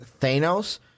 Thanos